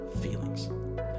feelings